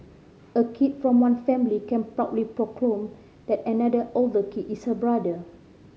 a kid from one family can proudly proclaim that another older kid is her brother